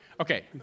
Okay